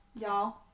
Y'all